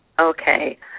Okay